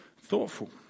thoughtful